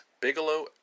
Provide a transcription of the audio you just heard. Bigelow